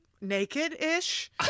Naked-ish